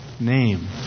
name